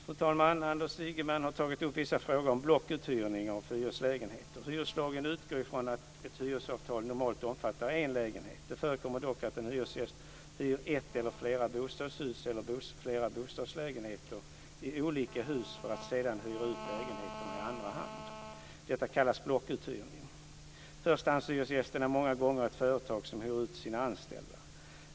Fru talman! Anders Ygeman har tagit upp vissa frågor om blockuthyrning av hyreslägenheter. Hyreslagen utgår från att ett hyresavtal normalt omfattar en lägenhet. Det förekommer dock att en hyresgäst hyr ett eller flera bostadshus eller flera bostadslägenheter i olika hus för att sedan hyra ut lägenheterna i andra hand. Detta kallas blockuthyrning. Förstahandshyresgästen är många gånger ett företag som hyr ut till sina anställda.